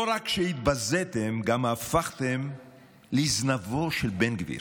לא רק שהתבזיתם, גם הפכתם לזנבו של בן גביר.